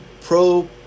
pro